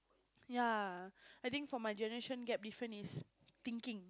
yeah I think for my generation gap different is thinking